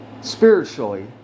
spiritually